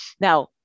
Now